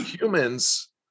humans